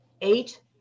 eight